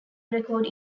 record